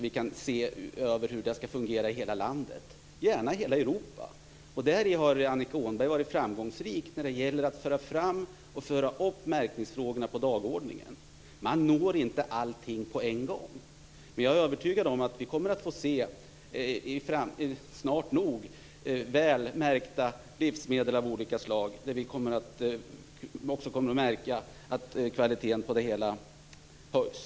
Vi måste se över hur det skall fungera i hela landet, gärna i hela Europa. Däri har Annika Åhnberg varit framgångsrik. Hon har fört upp märkningsfrågorna på dagordningen. Man når inte allting på en gång. Men jag är övertygad om att vi snart nog kommer att få se väl märkta livsmedel samtidigt som kvaliteten höjs.